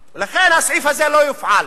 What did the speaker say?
לכן, הסעיף הזה לא יופעל,